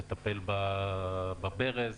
תטפל בברז,